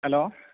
hello